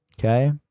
okay